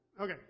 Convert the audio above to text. Okay